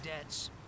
debts